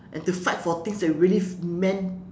and to fight for things that you really meant